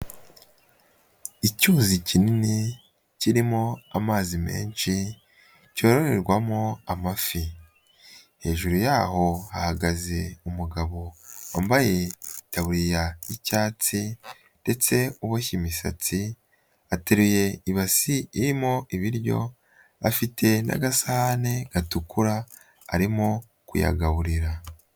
Icyuzi kinini kirimo amazi menshi, cyoroherwamo amafi. Hejuru yaho ahagaze umugabo wambaye itaburiya y'icyatsi ndetse uboshye imisatsi, ateruye ibasi irimo ibiryo, afite n'agasahani gatukura, arimo kuyagaburira.